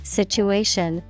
situation